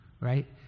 right